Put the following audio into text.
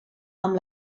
amb